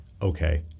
okay